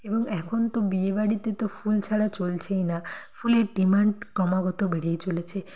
এবং এখন তো বিয়ে বাড়িতে তো ফুল ছাড়া চলছেই না ফুলের ডিম্যাণ্ড ক্রমাগত বেড়েই চলেছে